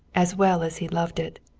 as well as he loved it.